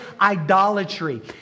idolatry